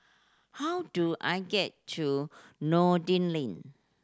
how do I get to Noordin Lane